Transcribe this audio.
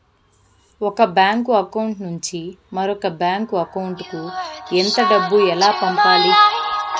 ఒక bank account నుంచి మరొక బ్యాంకు అకౌంట్ కు ఎంత డబ్బు ఎలా పంపాలి